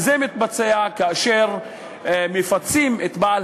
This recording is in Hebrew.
זה מתבצע כאשר מפצים את בעל